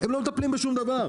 הם לא מטפלים בשום דבר.